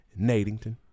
Nadington